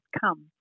come